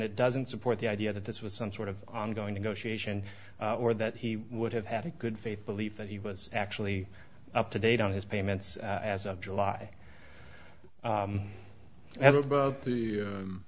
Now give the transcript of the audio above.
it doesn't support the idea that this was some sort of ongoing negotiation or that he would have had a good faith belief that he was actually up to date on his payments as of july as about the